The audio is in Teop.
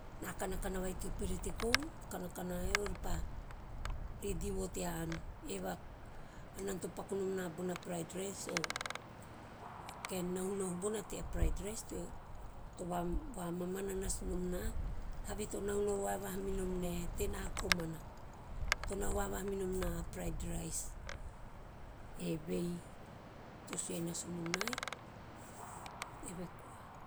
Ena kanakana vai teo perete kou, kanakana vai e ovei pa redi vo tea ann, eve a hanan to paku nom na bona fried rice to vamamana nasu nom na to mahunahu vavaha minom ne, tena komana, to nahu vavaha minom na a fried rice, evei to sue nasu nom nai. Eve koa.